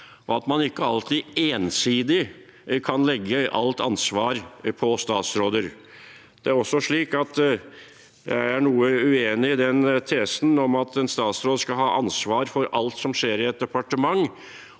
og at man ikke alltid ensidig kan legge alt ansvar på statsråder. Det er også slik at jeg er noe uenig i den tesen om at en statsråd skal ha ansvar for alt som skjer i et departement,